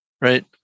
right